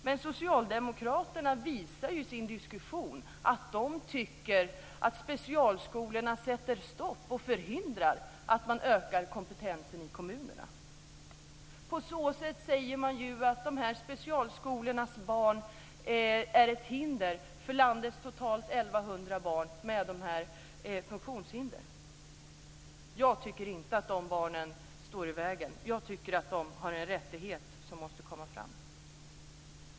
Men socialdemokraterna tycker att specialskolorna sätter stopp för och förhindrar att man ökar kompetensen i kommunerna. På så sätt anser man att specialskolornas barn är ett hinder för landets totalt 1 100 barn som har funktionshinder. Jag tycker inte att dessa barn står i vägen. De har en rättighet som måste bli synlig.